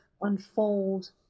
unfold